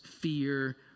fear